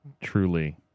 truly